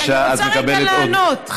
אני רוצה רגע לענות.